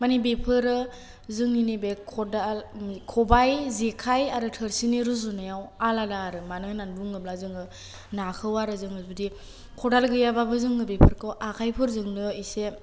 मानि बेफोरो जोंनि नैबे खदाल खबाय जेखाय आरो थुरसिनि रुजुनायाव आलादा आरो मानो होन्ना बुङोबा जोङो नाखौ आरो जोङो जुदि खदाल गैयाबाबो बेफोरखौ आखायफोरजोंनो एसे